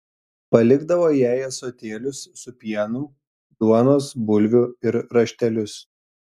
palikdavo jai ąsotėlius su pienu duonos bulvių ir raštelius